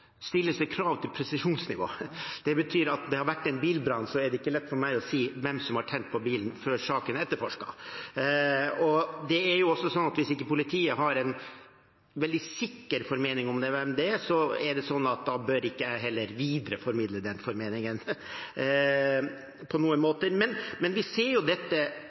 stilles det krav til presisjonsnivå. Det betyr at når det har vært en bilbrann, er det ikke lett for meg å si hvem som har tent på bilen, før saken er etterforsket. Hvis ikke politiet har en veldig sikker formening om hvem det